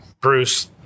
Bruce